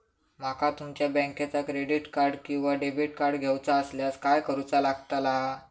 माका तुमच्या बँकेचा क्रेडिट कार्ड किंवा डेबिट कार्ड घेऊचा असल्यास काय करूचा लागताला?